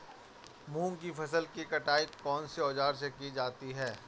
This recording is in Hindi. मूंग की फसल की कटाई कौनसे औज़ार से की जाती है?